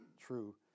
true